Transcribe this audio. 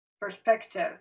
perspective